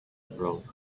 bruise